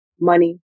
money